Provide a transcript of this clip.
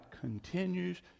continues